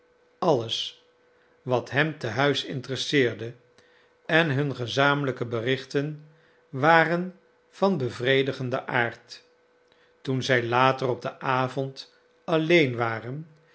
alles wat hem te huis interesseerde en hun gezamenlijke berichten waren van bevredigenden aard toen zij later op den avond alleen waren